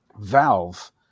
Valve